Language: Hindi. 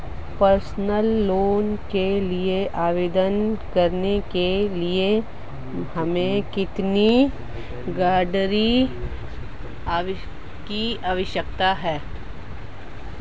पर्सनल लोंन के लिए आवेदन करने के लिए हमें कितने गारंटरों की आवश्यकता है?